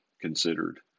considered